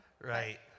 Right